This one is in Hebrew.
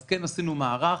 אז עשינו מערך,